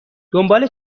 دنبال